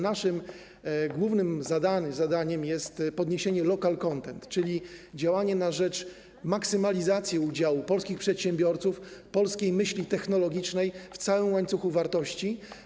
Naszym głównym zadaniem jest podniesienie local content, czyli działanie na rzecz maksymalizacji udziału polskich przedsiębiorców, polskiej myśli technologicznej w całym łańcuchu wartości.